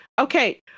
okay